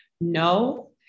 no